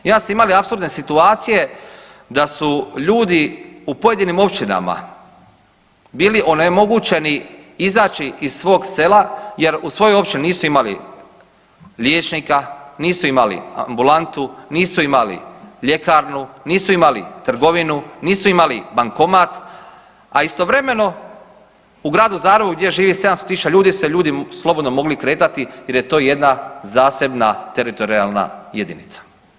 I onda smo imali apsurdne situacije da su ljudi u pojedinim općinama bili onemogućeni izaći iz svog sela jer u svojoj općini nisu imali liječnika, nisu imali ambulantu, nisu imali ljekarnu, nisu imali trgovinu, nisu imali bankomat, a istovremeno u Gradu Zagrebu gdje živi 700 tisuća ljudi se ljudi slobodno mogli kretati jer je to jedna zasebna teritorijalna jedinica.